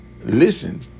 listen